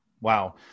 Wow